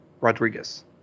Rodriguez